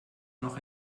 noch